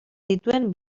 dituen